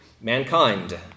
mankind